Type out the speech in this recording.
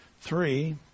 Three